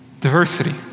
Diversity